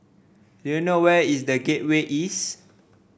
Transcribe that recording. do you know where is The Gateway East